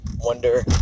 wonder